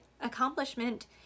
accomplishment